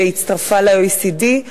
שהצטרפה ל-OECD,